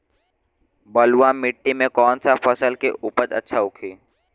बलुआ मिट्टी में कौन सा फसल के उपज अच्छा होखी?